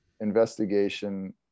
investigation